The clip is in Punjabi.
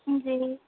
ਜੀ